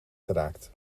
geraakt